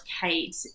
Kate